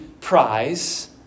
prize